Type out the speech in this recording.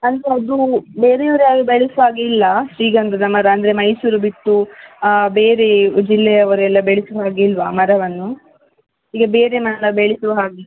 ಅಂದರೆ ಅದು ಬೇರೆಯವ್ರು ಯಾರೂ ಬೆಳೆಸ್ವ ಹಾಗೆ ಇಲ್ವಾ ಶ್ರೀಗಂಧದ ಮರ ಅಂದರೆ ಮೈಸೂರು ಬಿಟ್ಟು ಬೇರೆ ಜಿಲ್ಲೆಯವರೆಲ್ಲ ಬೆಳೆಸ್ವ ಹಾಗೆ ಇಲ್ಲವ ಆ ಮರವನ್ನು ಈಗ ಬೇರೆ ಮರ ಬೆಳೆಸುವ ಹಾಗೆ